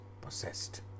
possessed